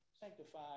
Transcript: Sanctify